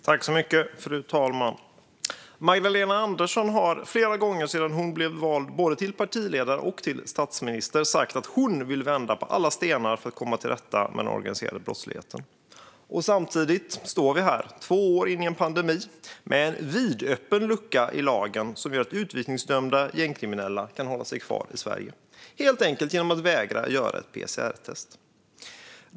Fru talman! Magdalena Andersson har flera gången sedan hon blev vald, både till partiledare och till statsminister, sagt att hon vill vända på alla stenar för att komma till rätta med den organiserade brottsligheten. Samtidigt står vi här, två år in i en pandemi, med en vidöppen lucka i lagen som gör att utvisningsdömda gängkriminella kan hålla sig kvar i Sverige genom att helt enkelt vägra ta ett PCR-test.